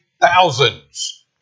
thousands